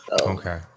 okay